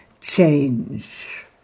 change